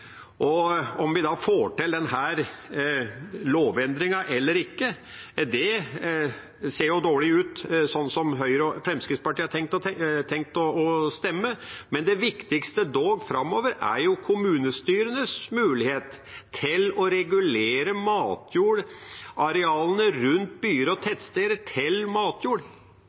Om vi får til denne lovendringen eller ikke – det ser dårlig ut, sånn som Høyre og Fremskrittspartiet har tenkt å stemme. Men det viktigste framover er dog kommunestyrenes mulighet til å regulere matjordarealene rundt byer og tettsteder til matjord.